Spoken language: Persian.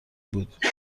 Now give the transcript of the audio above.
بود